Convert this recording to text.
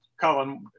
Colin